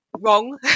wrong